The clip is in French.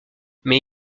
mais